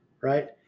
right